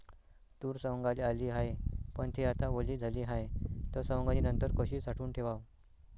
तूर सवंगाले आली हाये, पन थे आता वली झाली हाये, त सवंगनीनंतर कशी साठवून ठेवाव?